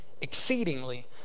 exceedingly